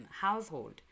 household